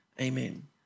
Amen